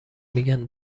میگن